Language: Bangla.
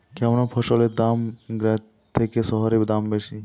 কোন ফসলের গ্রামের থেকে শহরে দাম বেশি?